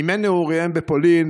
מימי נעוריהם בפולין,